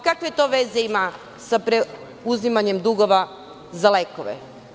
Kakve to veze ima sa preuzimanjem dugova za lekove?